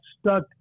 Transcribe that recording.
stuck